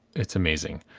it's amazing.